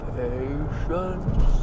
patience